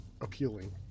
appealing